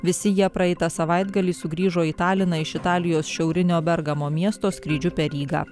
visi jie praeitą savaitgalį sugrįžo į taliną iš italijos šiaurinio bergamo miesto skrydžiu per rygą